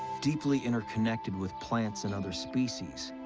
deeply interconnected with plants and other species,